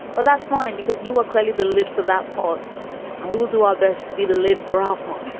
but that's mine because you will clearly the lid for that pot and we will do our best to be the lid for our pot